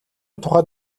тухайд